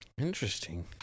Interesting